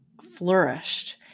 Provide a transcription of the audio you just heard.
flourished